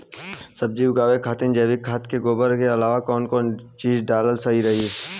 सब्जी उगावे खातिर जैविक खाद मे गोबर के अलाव कौन कौन चीज़ डालल सही रही?